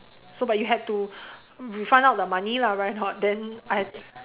so but you had to refund out the money lah right or not then I